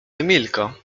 emilko